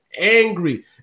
angry